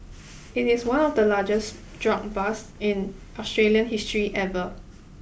it is one of the largest drug busts in Australian history ever